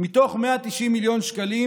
מתוך 190 מיליון שקלים,